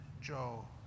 Joe